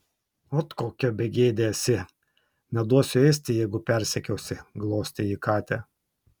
ot kokia begėdė esi neduosiu ėsti jeigu persekiosi glostė ji katę